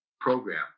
program